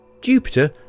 Jupiter